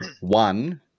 one